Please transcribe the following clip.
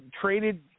traded